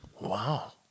Wow